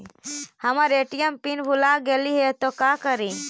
हमर ATM pin भूला गेली हे, तो का करि?